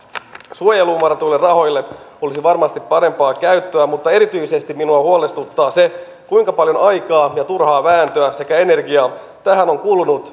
suojeluun varatuille rahoille olisi varmasti parempaa käyttöä mutta erityisesti minua huolestuttaa se kuinka paljon aikaa ja turhaa vääntöä sekä energiaa tähän on kulunut